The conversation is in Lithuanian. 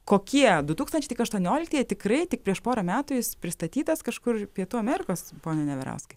kokie du tūkstančiai tik aštuonioliktieji tikrai tik prieš porą metų jis pristatytas kažkur pietų amerikos pone neverauskai